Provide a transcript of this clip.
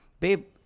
Babe